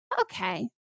Okay